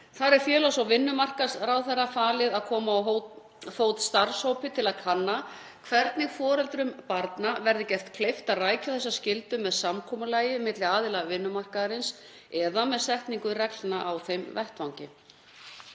Þar er félags- og vinnumarkaðsráðherra falið að koma á fót starfshópi til að kanna hvernig foreldrum barna verði gert kleift að rækja þessa skyldu með samkomulagi milli aðila vinnumarkaðarins eða með setningu reglna á þeim vettvangi.